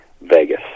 Vegas